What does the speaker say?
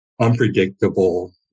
unpredictable